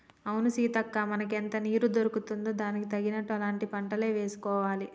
అవును సీతక్క మనకెంత నీరు దొరుకుతుందో దానికి తగినట్లు అలాంటి పంటలే వేసుకోవాలి